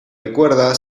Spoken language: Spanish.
recuerda